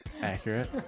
Accurate